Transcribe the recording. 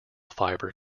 fibre